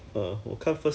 okay okay okay